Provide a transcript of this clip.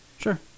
Sure